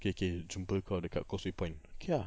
okay okay jumpa kau dekat causeway point okay ah